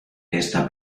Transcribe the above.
esta